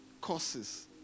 courses